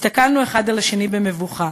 הסתכלנו אחד על השני במבוכה,